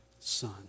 son